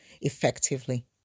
effectively